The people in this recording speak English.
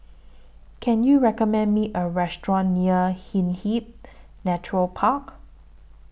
Can YOU recommend Me A Restaurant near Hindhede Nature Park